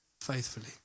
faithfully